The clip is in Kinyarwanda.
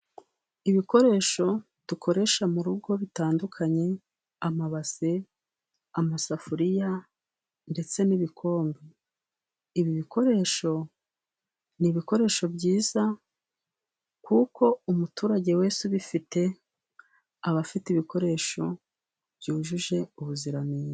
Ibikoresho dukoresha mu rugo bitandukanye, amabase, amasafuriya ndetse n'ibikombe. Ibi bikoresho ni ibikoresho byiza, kuko umuturage wese ubifite aba afite ibikoresho byujuje ubuziranenge.